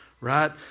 right